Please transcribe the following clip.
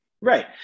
right